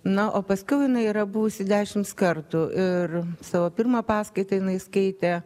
na o paskiau jinai yra buvusi dešims kartų ir savo pirmą paskaitą jinai skaitė